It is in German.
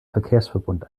verkehrsverbund